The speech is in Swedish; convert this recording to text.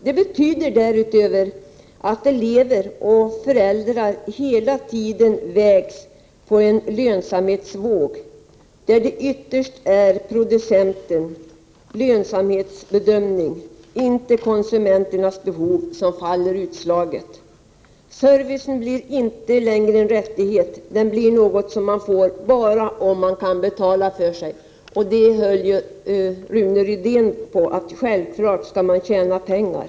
Detta betyder därutöver att elever och föräldrar hela tiden vägs på en lönsamhetsvåg där det ytterst är producentens lönsamhetsbedömning och inte konsumenternas behov som fäller utslaget. Servicen blir inte längre en rättighet, den blir något som man får bara om man kan betala för sig. Rune Rydén framhöll ju här att man självfallet skulle tjäna pengar.